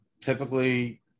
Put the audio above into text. typically